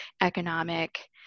economic